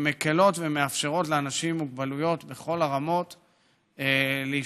שמקילות ומאפשרות לאנשים עם מוגבלויות בכל הרמות להשתלב,